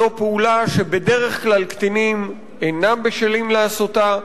זאת פעולה שבדרך כלל קטינים אינם בשלים לעשותה,